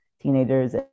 teenagers